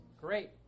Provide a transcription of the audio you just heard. great